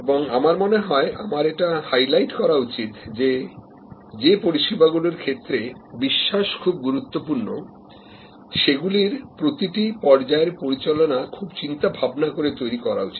এবং আমার মনে হয় আমার এটা হাইলাইট করা উচিত যে পরিষেবাগুলির ক্ষেত্রে বিশ্বাস খুব গুরুত্বপূর্ণ সেগুলির প্রতিটি পর্যায়ের পরিচালনা খুব চিন্তা ভাবনা করে তৈরি করা উচিত